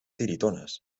tiritonas